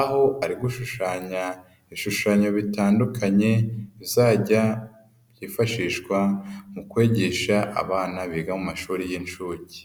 aho ari gushushanya ibishushanyo bitandukanye, bizajya byifashishwa mu kwigisha abana biga mu mashuri y'inshuke.